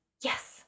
Yes